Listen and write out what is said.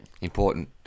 Important